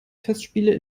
festspiele